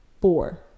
four